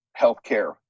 healthcare